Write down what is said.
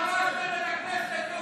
רמסתם את הכנסת.